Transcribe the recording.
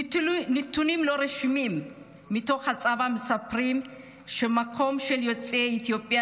נתונים לא רשמיים מתוך הצבא מספרים שהמקום של יוצאי אתיופיה